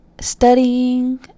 Studying